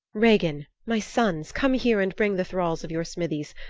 regin, my sons, come here and bring the thralls of your smithies.